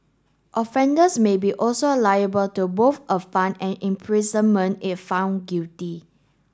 offenders may be also liable to both a fine and imprisonment if found guilty